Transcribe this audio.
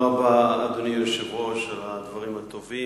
אדוני היושב-ראש, תודה רבה על הדברים הטובים.